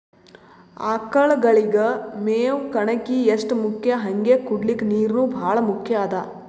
ಆಕಳಗಳಿಗ್ ಮೇವ್ ಕಣಕಿ ಎಷ್ಟ್ ಮುಖ್ಯ ಹಂಗೆ ಕುಡ್ಲಿಕ್ ನೀರ್ನೂ ಭಾಳ್ ಮುಖ್ಯ ಅದಾ